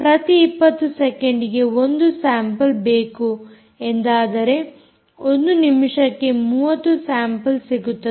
ಪ್ರತಿ 20 ಸೆಕೆಂಡ್ ಗೆ ಒಂದು ಸ್ಯಾಂಪಲ್ ಬೇಕು ಎಂದಾದರೆ ಒಂದು ನಿಮಿಷಕ್ಕೆ 3 ಸ್ಯಾಂಪಲ್ ಸಿಗುತ್ತದೆ